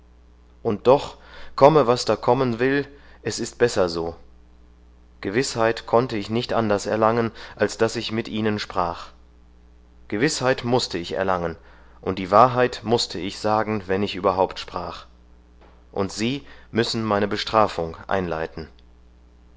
und doch komme was da kommen will es ist besser so gewißheit konnte ich nicht anders erlangen als daß ich mit ihnen sprach gewißheit mußte ich erlangen und die wahrheit mußte ich sagen wenn ich überhaupt sprach und sie müssen meine bestrafung einleiten